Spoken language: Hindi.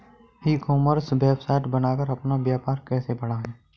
ई कॉमर्स वेबसाइट बनाकर अपना व्यापार कैसे बढ़ाएँ?